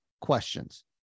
questions